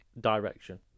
direction